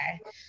Okay